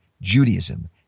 Judaism